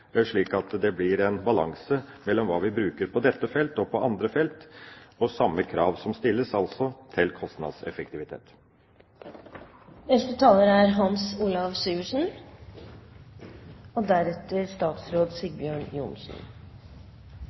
slik at det blir en balanse mellom hva vi bruker på dette felt og på andre felt, og de krav som stilles, altså til kostnadseffektivitet. Takk til saksordføreren og